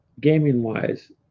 gaming-wise